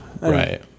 Right